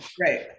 Right